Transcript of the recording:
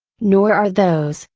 nor are those,